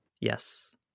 yes